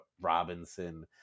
Robinson